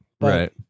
Right